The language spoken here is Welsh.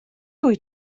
wyt